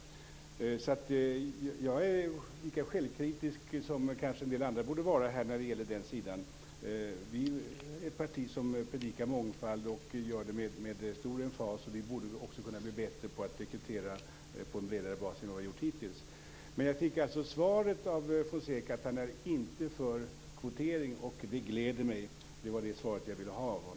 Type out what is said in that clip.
Jag är lika självkritisk som kanske en del andra här borde vara vad gäller den saken. Moderaterna är ett parti som med stor emfas predikar mångfald. Vi borde kunna bli bättre på att rekrytera på en bredare bas än som hittills varit fallet. Jag fick svaret från Juan Fonseca att han inte är för kvotering. Det gläder mig. Det var det svaret jag ville ha av honom.